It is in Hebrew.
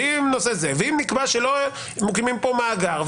ואם נקבע שלא מקימים פה מאגר,